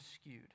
skewed